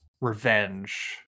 revenge